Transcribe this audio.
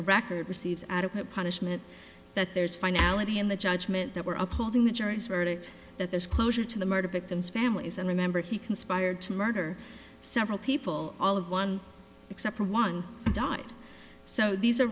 t record receives adequate punishment that there's finality in the judgement that were upholding the jury's verdict that there's closure to the murder victims families and remember he conspired to murder several people all of one except one died so these are